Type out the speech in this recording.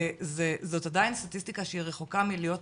זאת עדיין סטטיסטיקה שהיא רחוקה מלהיות